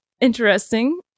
interesting